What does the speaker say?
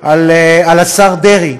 על השר דרעי.